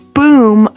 boom